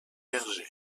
berger